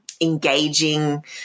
engaging